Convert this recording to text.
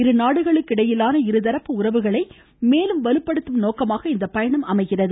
இருநாடுகளுக்கு இடையிலான இருதரப்பு உறவுகளை மேலும் வலுப்படுத்தும் நோக்கமாக இந்த பயணம் அமைகிறது